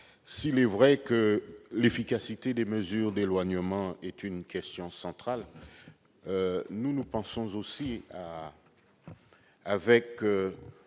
S'il est vrai que l'efficacité des mesures d'éloignement est une question centrale, nous partageons les